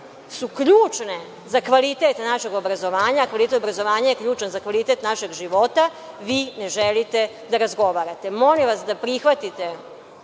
su ključne za kvalitet našeg obrazovanja, a kvalitet obrazovanja je ključan za kvalitet našeg života, vi ne želite da razgovarate. Molim vas da prihvatite